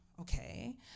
okay